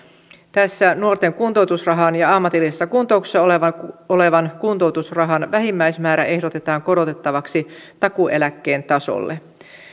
tässä nuorten kuntoutusrahan ja ammatillisessa kuntoutuksessa olevan olevan kuntoutusrahan vähimmäismäärä ehdotetaan korotettavaksi takuueläkkeen tasolle